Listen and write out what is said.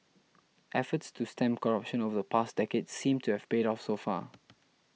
efforts to stem corruption over the past decade seem to have paid off so far